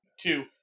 two